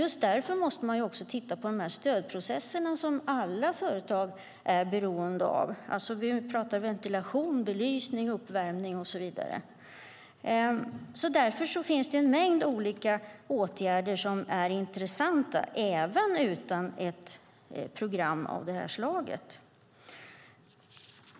Just därför måste man titta på stödprocesserna som alla företag är beroende av. Vi pratar ventilation, belysning, uppvärmning och så vidare. Därför finns det en mängd olika åtgärder som är intressanta, även utan ett program av det slaget.